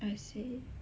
I see